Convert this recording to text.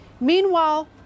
Meanwhile